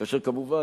כמובן,